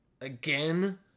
again